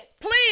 Please